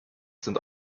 sind